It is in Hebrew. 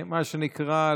מה שנקרא,